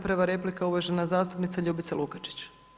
Prva replika uvažena zastupnica Ljubica Lukačić.